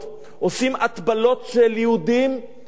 עושים הטבלות של יהודים חלשים.